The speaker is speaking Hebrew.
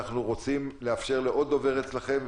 אנחנו רוצים לאפשר לעוד דובר אצלכם,